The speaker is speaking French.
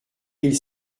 mille